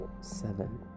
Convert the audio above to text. seven